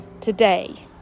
today